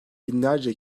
binlerce